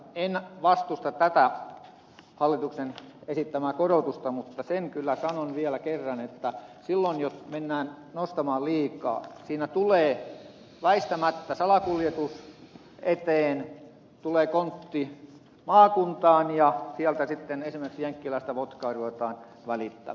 en vastusta tätä hallituksen esittämää korotusta mutta sen kyllä sanon vielä kerran että silloin jos mennään nostamaan liikaa siinä tulee väistämättä salakuljetus eteen tulee kontti maakuntaan ja sieltä sitten esimerkiksi jenkkiläistä votkaa ruvetaan välittämään